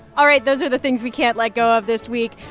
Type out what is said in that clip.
all right. those are the things we can't let go of this week.